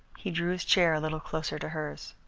he drew his chair a little closer to hers.